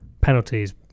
penalties